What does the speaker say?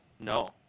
No